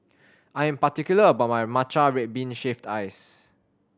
I am particular about my matcha red bean shaved ice